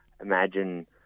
imagine